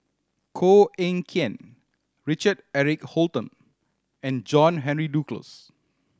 Koh Eng Kian Richard Eric Holttum and John Henry Duclos